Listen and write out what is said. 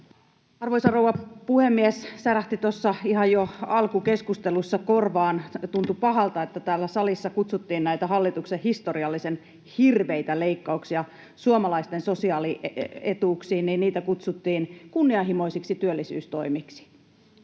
Arvoisa rouva puhemies! Särähti ihan jo tuossa alkukeskustelussa korvaan — tuntui pahalta — että täällä salissa kutsuttiin näitä hallituksen historiallisen hirveitä leikkauksia suomalaisten sosiaalietuuksiin kunnianhimoisiksi työllisyystoimiksi.